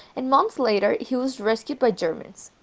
and months later he was rescued by germans.